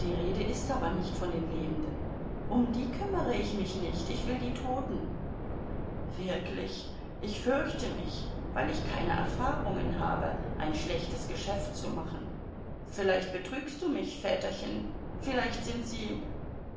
die rede ist aber nicht von den lebenden um die kümmere ich mich nicht ich will die toten wirklich ich fürchte mich weil ich keine erfahrungen habe ein schlechtes geschäft zu machen vielleicht betrügst du mich väterchen vielleicht sind sie